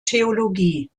theologie